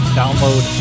download